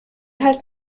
heißt